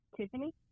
Tiffany